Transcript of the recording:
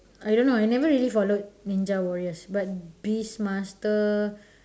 I don't know I never really followed ninja warriors but beast master